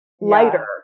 lighter